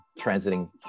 transiting